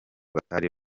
batari